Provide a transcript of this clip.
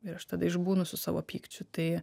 ir aš tada išbūnu su savo pykčiu tai